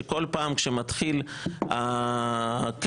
שכל פעם כשמתחיל הכנס,